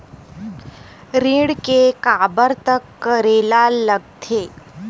ऋण के काबर तक करेला लगथे?